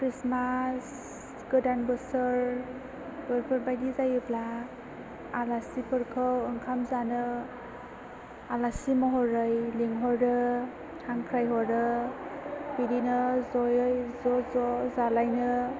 Christmas गोदान बोसोर बेफोर बायदि जायोब्ला आलासि फोरखौ ओंखाम जानो आलासि महरै लिंहरो हांख्रायहरो बिदिनो ज'यै ज' ज' जालायनो